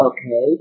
Okay